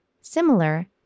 similar